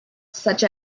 such